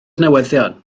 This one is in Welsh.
newyddion